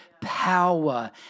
power